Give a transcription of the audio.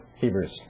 Hebrews